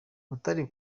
butare